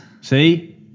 See